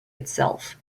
itself